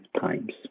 times